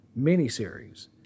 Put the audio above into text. miniseries